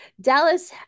Dallas